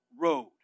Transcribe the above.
road